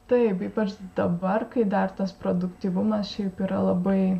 taip kaip aš dabar kai dar tas produktyvumas šiaip yra labai